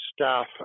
staff